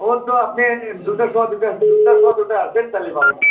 ওর তো আপনি দুটা সোয়া দুটা দুটা সোয়া দুটায় আসেন তাহলেই পাবেন আমায়